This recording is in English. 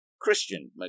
Christian